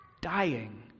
dying